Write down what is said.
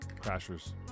Crashers